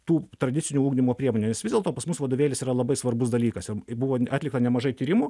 tų tradicinių ugdymo priemonių nes vis dėlto pas mus vadovėlis yra labai svarbus dalykas ir ir buvo atlikta nemažai tyrimų